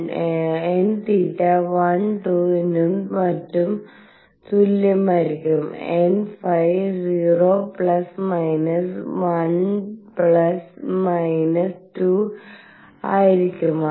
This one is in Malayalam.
nθ1 2 നും മറ്റും തുല്യമായിരിക്കും nϕ 0 plus minus 1 plus minus 2 ആയിരിക്കും